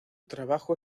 trabajo